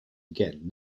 again